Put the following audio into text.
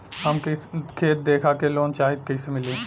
हमके खेत देखा के लोन चाहीत कईसे मिली?